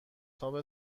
تاپ